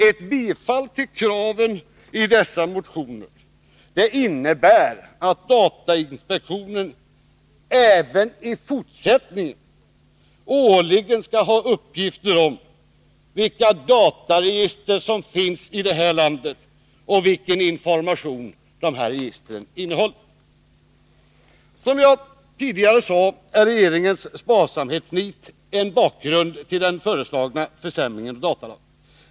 Ett bifall till kraven i dessa motioner innebär att datainspektionen även i fortsättningen årligen skall ha uppgifter om vilka dataregister som finns i det här landet och vilken information de innehåller. Som jag tidigare sade är regeringens sparsamhetsnit en bakgrund till den föreslagna försämringen av datalagen.